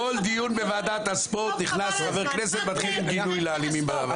בכל דיון בוועדת הספורט נכנס חבר כנסת ומתחיל בגינוי לאלימים במגרשים.